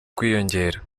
kwiyongera